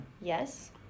yes